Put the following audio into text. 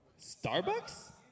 Starbucks